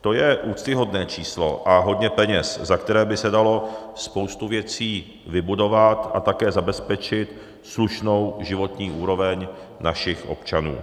To je úctyhodné číslo a hodně peněz, za které by se dalo spoustu věcí vybudovat a také zabezpečit slušnou životní úroveň našich občanů.